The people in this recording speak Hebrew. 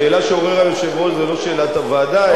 השאלה שעורר היושב-ראש זה לא שאלת הוועדה,